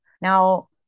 Now